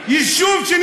יישוב מוכה עוני,